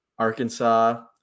arkansas